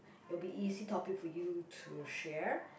it will be easy topic for you to share